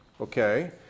Okay